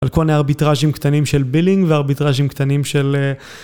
על כל הארביטראז'ים קטנים של בילינג וארביטראז'ים קטנים של...